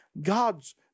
God's